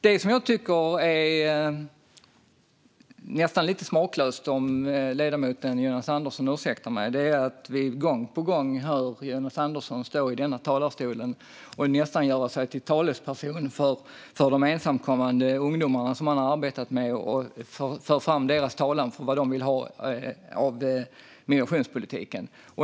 Det som jag nästan tycker är lite smaklöst, om ledamoten Jonas Andersson ursäktar mig, är att vi gång på gång hör Jonas Andersson stå i denna talarstol och nästan göra sig till talesperson för de ensamkommande ungdomar som han har arbetat med. Han för deras talan när det gäller vad de vill ha av migrationspolitiken.